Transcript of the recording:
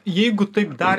jeigu taip dar